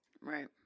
Right